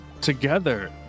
together